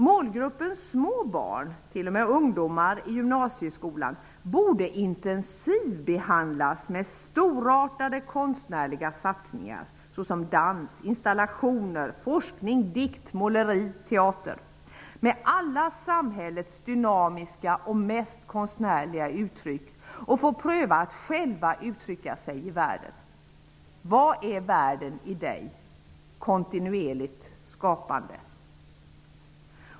Målgruppen små barn t.o.m. ungdomar i gymnasieskolan borde intensivbehandlas med storartade konstnärliga satsningar -- såsom dans, installationer, forskning, dikt, måleri och teater -- med alla samhällets dynamiska och mest konstnärliga uttryck och få pröva att själva uttrycka sig i världen. Vad är världen i dig? Det är kontinuerligt skapande.